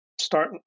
start